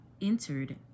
entered